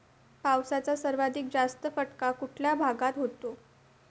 पावसाचा सर्वाधिक जास्त फटका कुठल्या भागात होतो?